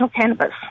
cannabis